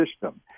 system